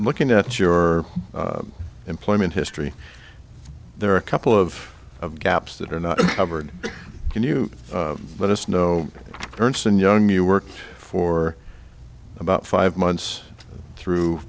looking at your employment history there are a couple of gaps that are not covered can you let us know ernst and young you work for about five months through